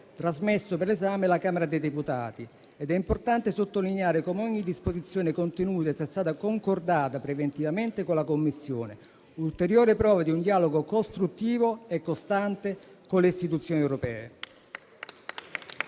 trasmesso per l'esame alla Camera dei deputati. È importante sottolineare come ogni disposizione contenuta sia stata concordata preventivamente con la Commissione: un'ulteriore prova di un dialogo costruttivo e costante con le istituzioni europee.